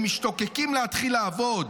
הם משתוקקים להתחיל לעבוד.